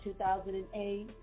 2008